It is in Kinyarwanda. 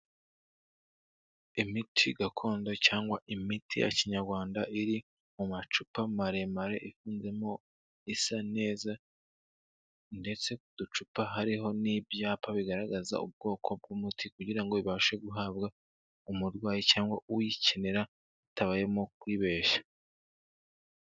Imiti gakondo cyangwa imiti ya kinyarwanda iri mu macupa maremare, ifunzemo isa neza ndetse ku ducupa hariho n'ibyapa bigaragaza ubwoko bw'umuti, kugira ngo bibashe guhabwa umurwayi cyangwa uyikenera bitabayemo kwibeshya.